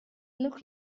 look